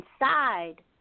inside